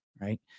Right